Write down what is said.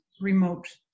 remote